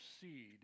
seed